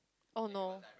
oh no